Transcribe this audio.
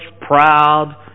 proud